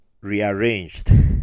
rearranged